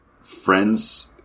friends